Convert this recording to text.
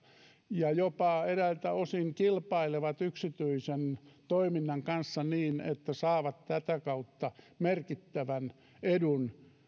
ja jopa eräiltä osin kilpailevat yksityisen toiminnan kanssa niin että saavat tätä kautta merkittävän edun